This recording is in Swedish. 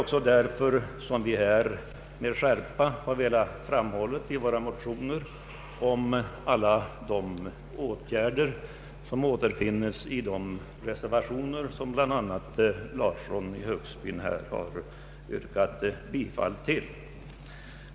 Vi har därför i våra motioner med skärpa velat framhålla alla de åtgärder som nu återfinns i de reservationer som herr Larsson i Högsby har yrkat bifall till.